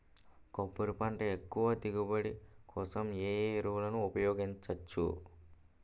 కొబ్బరి పంట ఎక్కువ దిగుబడి కోసం ఏ ఏ ఎరువులను ఉపయోగించచ్చు?